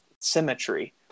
symmetry